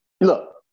look